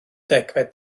degfed